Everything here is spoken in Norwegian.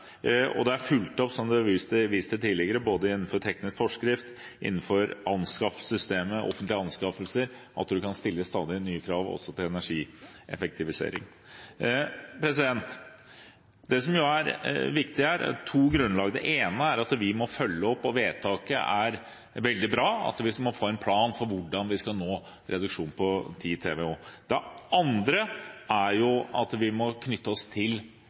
Og det er fulgt opp – som det ble vist til tidligere – både innenfor teknisk forskrift og innenfor offentlige anskaffelser, slik at du kan stille stadig nye krav til energieffektivisering. Det er to grunnlag som er viktige her. Det ene er at vi må følge opp vedtaket, som er veldig bra. Vi må få en plan for hvordan vi skal nå en reduksjon på 10 TWh. Det andre er at vi via EØS-avtalen må knytte oss til